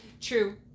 True